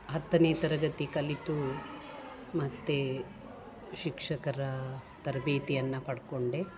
ಹತ್ತನೇ ತರಗತಿ ಕಲಿತು ಮತ್ತು ಶಿಕ್ಷಕರ ತರಬೇತಿಯನ್ನು ಪಡ್ಕೊಂಡೆ